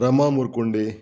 Rama Murkunde